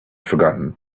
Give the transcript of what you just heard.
forgotten